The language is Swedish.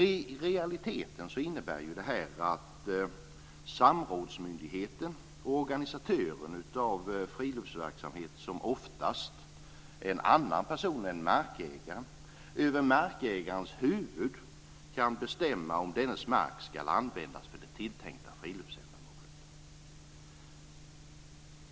I realiteten innebär detta att samrådsmyndigheten och organisatören av friluftsverksamhet, som oftast är en annan person än markägaren, över markägarens huvud kan bestämma om dennes mark ska användas för det tilltänkta friluftsändamålet.